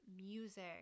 music